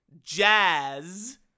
jazz